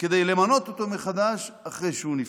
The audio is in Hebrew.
כדי למנות אותו מחדש אחרי שהוא נפסל.